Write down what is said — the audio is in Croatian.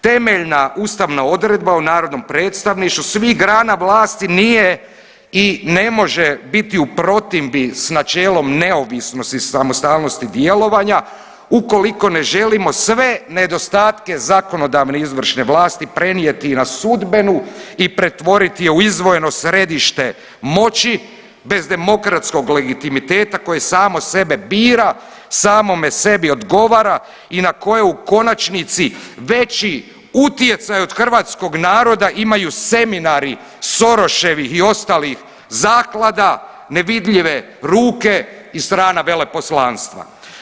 Temeljna ustavna odredba o narodnom predstavništvu svih grana vlasti nije i ne može biti u protimbi s načelom neovisnosti i samostalnosti djelovanja, ukoliko ne želimo sve nedostatke zakonodavne izvršne vlasti prenijeti na sudbenu i pretvoriti je u izdvojeno središte moći bez demokratskog legitimiteta koje samo sebi bira, samome sebi odgovara i na koje u konačnici veći utjecaj od hrvatskog naroda imaju seminari Soroševih i ostalih zaklada nevidljive ruke i strana veleposlanstva.